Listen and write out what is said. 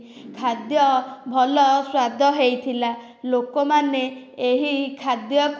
ଖାଦ୍ୟ ଭଲ ସ୍ୱାଦ ହୋଇଥିଲା ଲୋକମାନେ ଏହି ଖାଦ୍ୟକୁ